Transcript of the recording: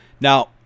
Now